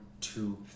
two